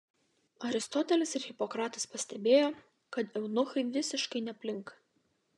aristotelis ir hipokratas pastebėjo kad eunuchai visiškai neplinka